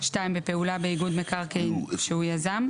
(2)בפעולה באיגוד מקרקעין שהוא יזם,